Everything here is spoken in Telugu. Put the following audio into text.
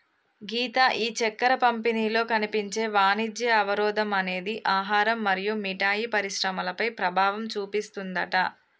గీత ఈ చక్కెర పంపిణీలో కనిపించే వాణిజ్య అవరోధం అనేది ఆహారం మరియు మిఠాయి పరిశ్రమలపై ప్రభావం చూపిస్తుందట